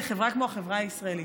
לחברה כמו החברה הישראלית.